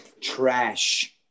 trash